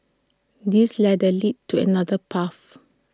this ladder leads to another path